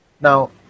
Now